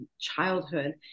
childhood